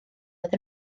oedd